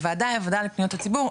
הוועדה היא ועדה לפניות הציבור,